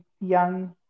young